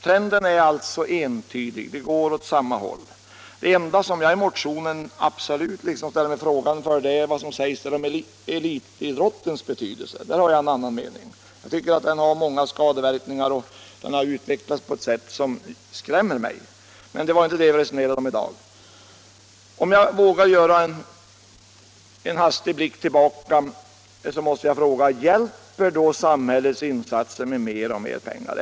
Trenden är alltså entydig. Utvecklingen går i den riktningen. Det som jag ställer mig mest frågande till i motionen är vad som där sägs om elitidrottens betydelse. På den punkten har jag en annan mening. Jag tycker att den har många skadeverkningar. Den har utvecklats på ett sätt som skrämmer mig. Men det är inte det vi resonerar om i dag. Jag måste fråga mig: Hjälper då samhällets insatser med mer och mer pengar?